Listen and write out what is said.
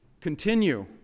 Continue